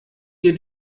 ihr